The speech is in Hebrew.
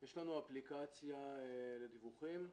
יש לנו אפליקציה לדיווחים.